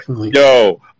yo